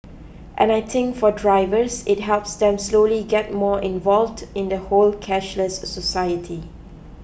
and I think for drivers it helps them slowly get more involved in the whole cashless society